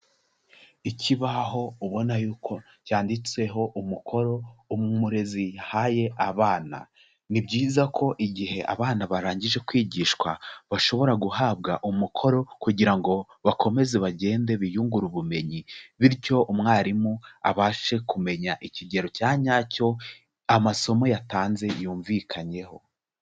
Ikibaho ubona yuko cyanditseho umukoro umurezi yahaye abana, ni byiza ko igihe abana barangije kwigishwa bashobora guhabwa umukoro kugira ngo bakomeze bagende biyungure ubumenyi, bityo umwarimu abashe kumenya ikigero cya nyacyo amasomo yatanze yumvikanyeho.